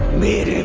made and